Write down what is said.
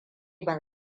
ban